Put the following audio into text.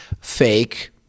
fake